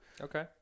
okay